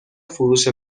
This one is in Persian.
فروش